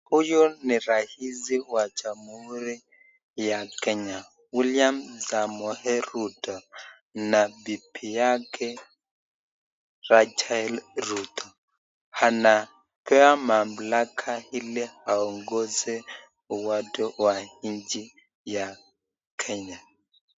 Huyu ni rais wa jamhuri ya Kenya William Samoei Ruto na bibi yake Rachael Ruto. Anapewa mamlaka ili aongoze watu wa nchi ya Kenya.